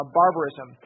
barbarism